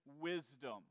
wisdom